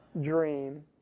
dream